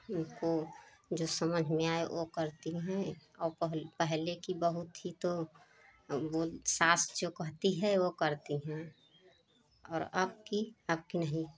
उनको जो समझ में आए वो करती हैं और पहल पहले कि बहू थी तो वो सास जो कहती है वो करती हैं और अब की अब की नहीं